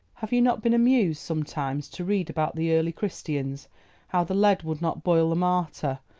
have you not been amused, sometimes, to read about the early christians how the lead would not boil the martyr,